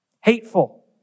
Hateful